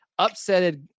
Upsetted